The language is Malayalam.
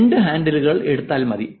ഈ രണ്ട് ഹാൻഡിലുകൾ എടുത്താൽ മതി